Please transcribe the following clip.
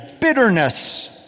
bitterness